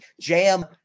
jam